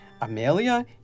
Amelia